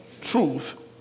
truth